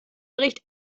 bericht